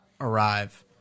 arrive